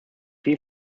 viel